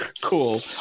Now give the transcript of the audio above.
Cool